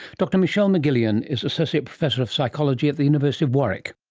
dr michelle mcgillion is associate professor of psychology at the university of warwick